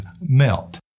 melt